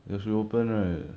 ya should be open right